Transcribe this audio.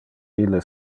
ille